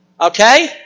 Okay